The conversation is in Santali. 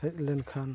ᱦᱮᱡ ᱞᱮᱱᱠᱷᱟᱱ